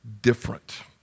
different